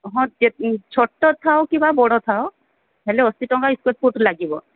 ହଁ ଛୋଟ ଥାଉ କିମ୍ବା ବଡ଼ ଥାଉ ହେଲେ ଅଶୀ ଟଙ୍କା ସ୍କୋୟାର ଫୁଟ୍ ଲାଗିବ